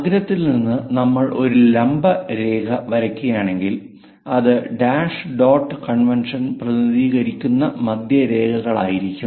അഗ്രത്തിൽ നിന്ന് നമ്മൾ ഒരു ലംബ രേഖ വരയ്ക്കുകയാണെങ്കിൽ അത് ഡാഷ് ഡോട്ട് കൺവെൻഷൻ പ്രതിനിധീകരിക്കുന്ന മധ്യരേഖകളായിരിക്കും